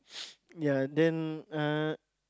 ya then uh